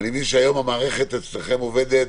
אבל אני מבין שהיום המערכת אצלכם עובדת